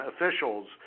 officials